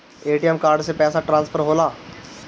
ATM card से पैसा transfer होला का?